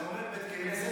--- בית כנסת